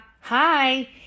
hi